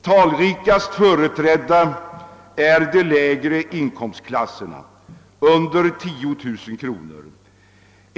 Talrikast företrädda är de lägre inkomstklasserna, under 10 000 kronor.